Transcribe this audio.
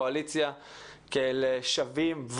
כאל שווים, ודאי בעולם החינוך.